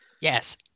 Yes